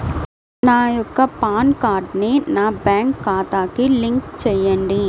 నా యొక్క పాన్ కార్డ్ని నా బ్యాంక్ ఖాతాకి లింక్ చెయ్యండి?